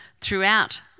throughout